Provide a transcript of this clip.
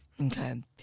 Okay